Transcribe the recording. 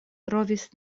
trovis